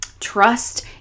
Trust